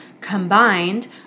combined